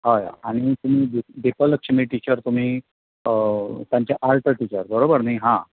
आनी तुमी दिप दिपलक्ष्मी टिचर तुमी तांची आर्ट टिचर बरोबर न्ही हा